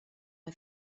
bei